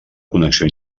connexió